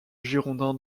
girondins